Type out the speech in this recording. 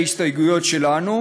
ההסתייגויות שלנו.